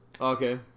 Okay